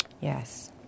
Yes